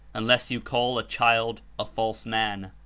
unless you call a child a false man.